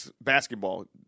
basketball